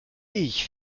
ich